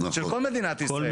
של כל מדינת ישראל,